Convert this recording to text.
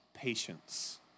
patience